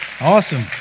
Awesome